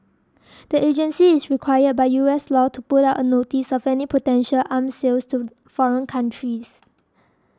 the agency is required by U S law to put up a notice of any potential arm sales to foreign countries